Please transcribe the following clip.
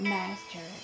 master